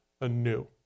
anew